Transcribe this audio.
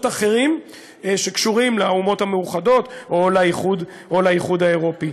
אחרים שקשורים לאומות המאוחדות או לאיחוד האירופי.